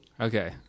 okay